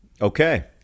Okay